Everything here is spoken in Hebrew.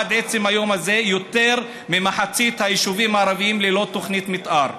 עד עצם היום הזה יותר ממחצית היישובים הערביים ללא תוכנית מתאר.